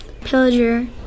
pillager